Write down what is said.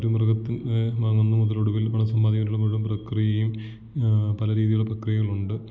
ഒരു മൃഗത്തെ വാങ്ങുന്നതു മുതൽ ഒടുവിൽ പണം സമ്പാദി ആയിട്ടുള്ള മുഴുവൻ പ്രക്രിയയും പല രീതിയിലുള്ള പ്രക്രിയകൾ ഉണ്ട്